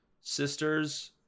sister's